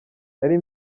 nari